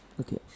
okay